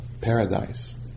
paradise